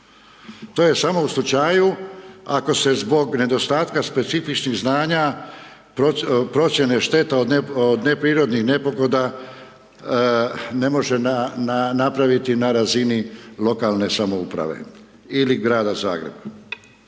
To je samo u slučaju ako se zbog nedostatka specifičnih znanja, procjene štete od neprirodnih nepogoda ne može napraviti na razini lokalne samouprave ili grada Zagreba.